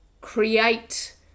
create